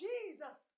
Jesus